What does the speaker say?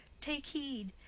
take heed,